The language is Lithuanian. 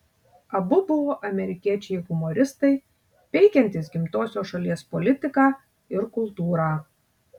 abu buvo amerikiečiai humoristai peikiantys gimtosios šalies politiką ir kultūrą